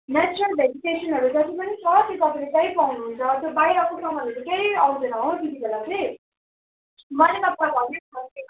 natural भेजिटेसनहरू जति पनि छ त्यो तपाईँले त्यहीँ पाउनुहुन्छ त्यो बाहिरको सामानहरू केही आउँदैन हो त्यतिबेला चाहिँ मैले तपाईँलाई भनेको खालको